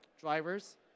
drivers